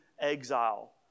exile